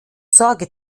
sorge